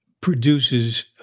produces